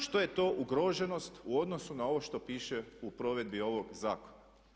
Što je to ugroženost u odnosu na ovo što piše u provedbi ovog zakona?